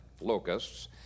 locusts